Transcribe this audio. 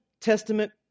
testament